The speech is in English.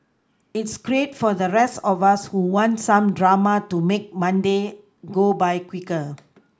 it's great for the rest of us who want some drama to make Monday go by quicker